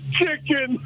chicken